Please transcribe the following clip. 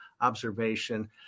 observation